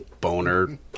boner